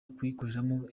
kuyikoreramo